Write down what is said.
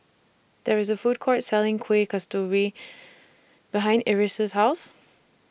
There IS A Food Court Selling Kueh Kasturi behind Iris' House